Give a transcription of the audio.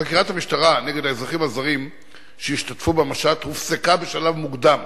חקירת המשטרה נגד האזרחים הזרים שהשתתפו במשט הופסקה בשלב מוקדם,